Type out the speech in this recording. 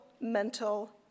mental